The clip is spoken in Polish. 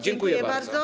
Dziękuję bardzo.